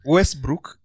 Westbrook